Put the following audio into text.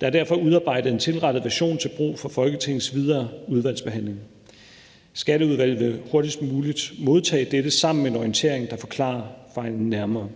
Der er derfor udarbejdet en tilrettet version til brug for Folketingets videre udvalgsbehandling. Skatteudvalget vil hurtigst muligt modtage dette sammen med en orientering, der forklarer fejlen nærmere.